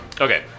Okay